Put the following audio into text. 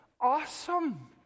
awesome